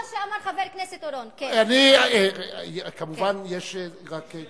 מה שאמר חבר הכנסת אורון, רק כמובן יש גבול.